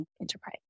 enterprise